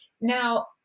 Now